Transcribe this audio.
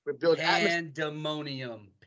Pandemonium